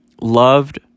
loved